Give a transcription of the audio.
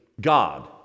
God